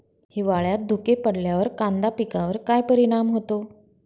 हिवाळ्यात धुके पडल्यावर कांदा पिकावर काय परिणाम होतो?